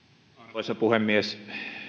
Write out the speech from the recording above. arvoisa puhemies